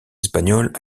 espagnols